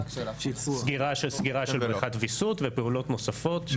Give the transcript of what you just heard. סגירה של בריכת ויסות ופעולות נוספות.